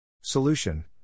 Solution